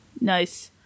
Nice